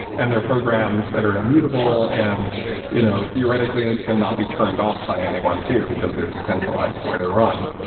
and they're programs that are immutable, and you know theoretically and it cannot be turned off by anyone too, because they're decentralized the way they're run.